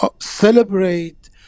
celebrate